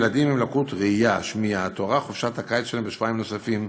לילדים עם לקות ראייה או שמיעה תוארך חופשת הקיץ בשבועיים נוספים,